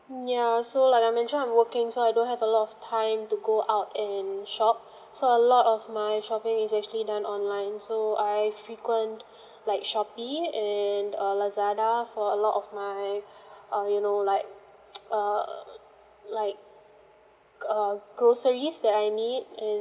yeah so like I mentioned I'm working so I don't have a lot of time to go out and shop so a lot of my shopping is actually done online so I frequent like shopee and uh lazada for a lot of my uh you know like err like uh groceries that I need and